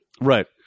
Right